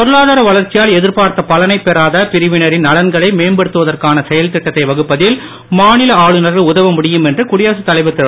பொருளாதார வளர்ச்சியால் எதிர்பார்த்த பலனைப் பெறாத பிரிவினரின் நலன்களை மேம்படுத்துவதற்கான செயல் திட்டத்தை வகுப்பதில் மா நில ஆளுநர்கள் உதவ முடியும் என்று குடியரசு தலைவர் திரு